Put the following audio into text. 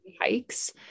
hikes